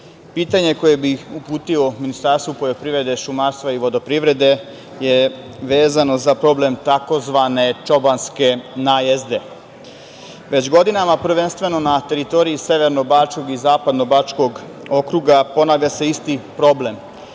koje bih uputio Ministarstvu poljoprivrede, šumarstva i vodoprivrede je vezano za problem tzv. čobanske najezde. Već godinama prvenstveno na teritoriji Severnobačkog i Zapadnobačkog okruga ponavlja se isti problem.